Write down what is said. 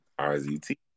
RZT